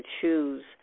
choose